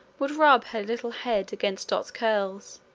would rub her little head against dot's curls,